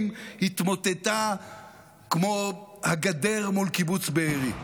התמוטטה כמו הגדר מול קיבוץ בארי.